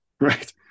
right